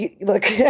look